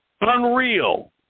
Unreal